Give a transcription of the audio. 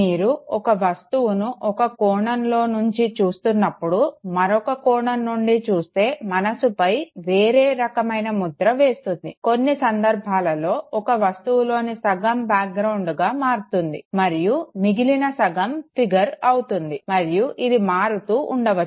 మీరు ఒక వస్తువును ఒక కోణంలో నుంచి చూస్తున్నప్పుడు మరో కోణం నుండి చూస్తే మనస్సుపై వేరే రకమైన ముద్ర వేస్తుంది కొన్ని సంధర్భాలలో ఒక వస్తువులోని సగం బ్యాక్ గ్రౌండ్గా మారుతుంది మరియు మిగిలిన సగ భాగం ఫిగర్ అవుతుంది మరియు ఇది మారుతూ ఉండవచ్చు